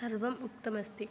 सर्वम् उक्तमस्ति